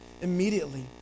Immediately